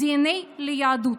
דנ"א ליהדות.